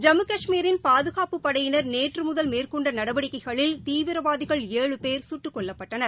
ஜம்மு கஷ்மீரின் பாதுகாப்புப் படையினர் நேற்றுமுதல் மேற்கொண்டநடவடிக்கைகளில் தீவிரவாதிகள் ஏழு பேர் சுட்டுக் கொல்லப்பட்டனர்